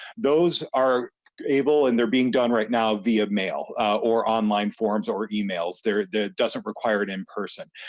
those are abel and they're being done right now the of mail or online forums or email. it's there that doesn't require it in person.